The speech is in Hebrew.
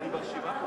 לא,